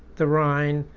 the rhine,